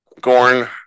Gorn